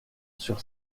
sur